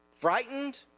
Frightened